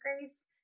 grace